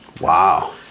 Wow